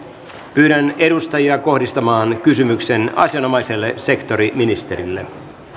pyydän edustajia kohdistamaan kysymyksen asianomaiselle sektoriministerille